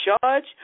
judge